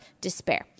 despair